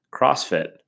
CrossFit